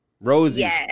Rosie